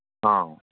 ꯑꯥꯎ